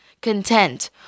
content